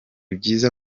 byiza